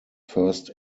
first